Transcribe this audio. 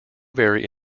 vary